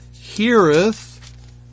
heareth